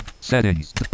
Settings